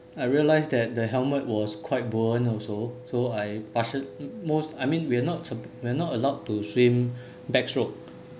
I realised that the helmet was quite burden also so I partial most I mean we're not we're not allowed to swim backstroke